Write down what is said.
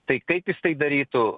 tai kaip jis tai darytų